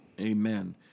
Amen